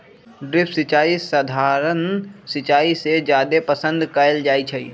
drip सिंचाई सधारण सिंचाई से जादे पसंद कएल जाई छई